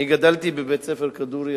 אני גדלתי בבית-ספר "כדורי",